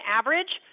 average